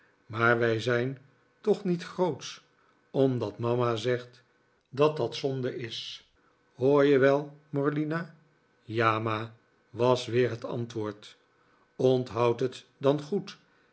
iriaar wij zijn toch niet grootsch omdat mama zegt dat dat zonde is hoor je wel morlina ja ma was weer het antwoord onthoud het dan goed